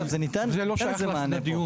אבל ניתן לזה מענה.